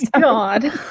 God